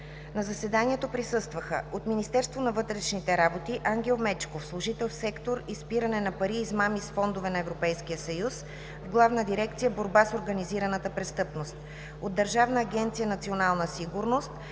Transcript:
На заседанието присъстваха: от Министерство на вътрешните работи – Ангел Мечков – служител в сектор „Изпиране на пари и измами с фондове на Европейския съюз“ в Главна дирекция „Борба с организираната престъпност“, от Държавна агенция „Национална сигурност“